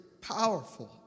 powerful